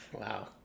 Wow